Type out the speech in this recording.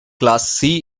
class